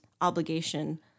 obligation